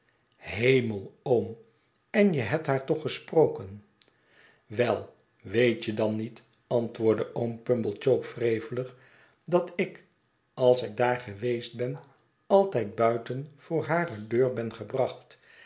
hemel oom en je hebt haar toch gesproken wel weet je dan niet antwoordde oom pumblechook wrevelig dat ik alsik daargeweest ben altljd buiten voor hare deur ben gebracht